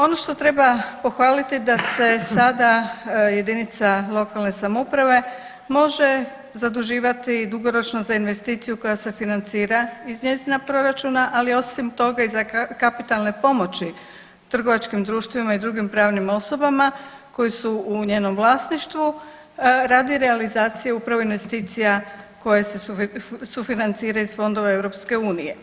Ono što treba pohvaliti, da se sada jedinice lokalne samouprave može zaduživati dugoročno za investiciju koja se financira iz njezina proračuna, ali osim toga, i za kapitalne pomoći trgovačkim društvima i drugim pravnim osobama koje su u njenom vlasništvu radi realizacije upravo investicija koje se sufinanciraju iz fondova EU.